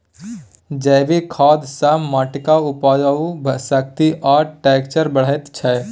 जैबिक खाद सँ माटिक उपजाउ शक्ति आ टैक्सचर बढ़ैत छै